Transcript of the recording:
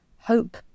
hope